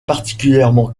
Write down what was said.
particulièrement